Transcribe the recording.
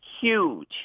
Huge